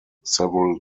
several